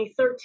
2013